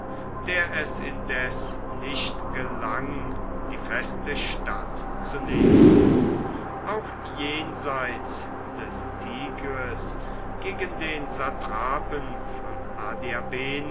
der es indes nicht gelang die feste stadt zu nehmen auch jenseits des tigris gegen den satrapen von